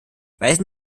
weisen